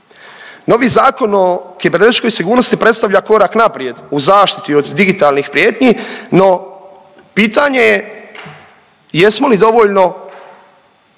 Novi Zakon o kibernetičkoj sigurnosti predstavlja korak naprijed u zaštiti od digitalnih prijetnji, no pitanje je jesmo li dovoljno